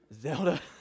Zelda